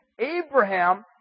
Abraham